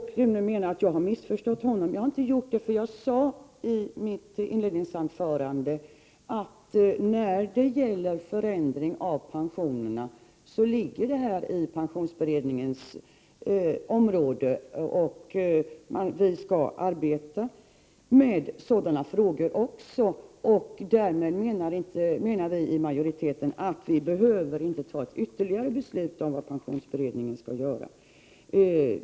Rune Backlund menade att jag missförstått honom. Det har jag inte. Jag sade nämligen i mitt inledningsanförande att en förändring av pensionerna ligger inom pensionsberedningens arbetsområde. Vi skall i beredningen arbeta med också sådana frågor. Därmed menar vi i majoriteten att vi inte behöver fatta något ytterligare beslut om vad pensionsberedningen skall göra.